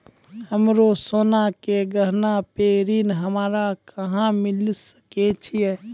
हमरो सोना के गहना पे ऋण हमरा कहां मिली सकै छै?